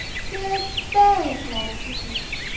here is fairy bread to eat.